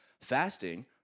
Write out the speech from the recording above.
Fasting